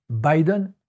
Biden